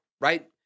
right